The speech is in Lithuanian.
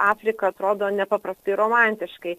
afrika atrodo nepaprastai romantiškai